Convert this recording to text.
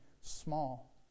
small